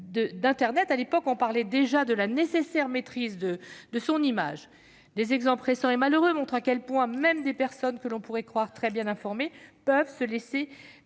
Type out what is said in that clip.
d'internet, mais aussi à ses risques et à la nécessité de maîtriser son image. Des exemples récents et malheureux montrent à quel point même des personnes que l'on pourrait croire très bien informées peuvent se laisser